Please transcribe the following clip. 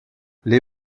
les